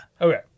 okay